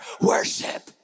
worship